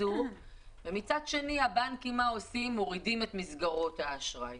ומצד שני הבנקים מורידים את מסגרות האשראי.